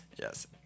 Yes